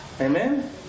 Amen